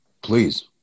Please